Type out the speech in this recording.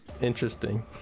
interesting